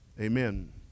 amen